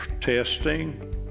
testing